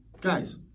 Guys